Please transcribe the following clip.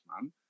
man